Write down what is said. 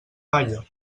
palla